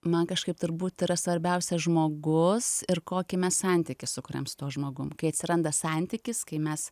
man kažkaip turbūt yra svarbiausia žmogus ir kokį mes santykį sukuriam su tuo žmogum kai atsiranda santykis kai mes